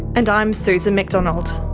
and i'm susan mcdonald